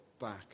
back